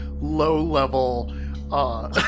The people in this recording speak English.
low-level